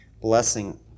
blessing